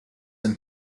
and